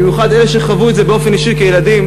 במיוחד אלה שחוו את זה באופן אישי כילדים,